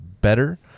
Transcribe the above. better